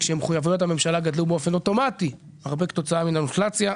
מחויבויות הממשלה גדלו באופן אוטומטי כתוצאה מהאינפלציה,